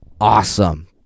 awesome